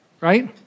right